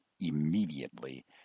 immediately